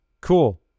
Cool